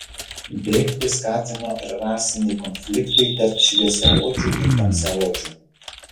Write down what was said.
bėgti skatino ir rasiniai konfliktai tarp šviesiaodžių ir tamsiaodžių